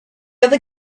other